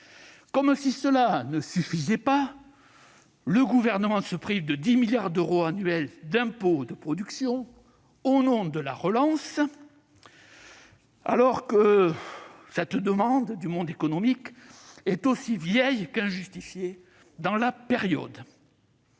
Comme si cela ne suffisait pas, le Gouvernement se prive annuellement de 10 milliards d'euros d'impôts de production, au nom de la relance, alors que cette demande du monde économique est aussi vieille qu'injustifiée dans la période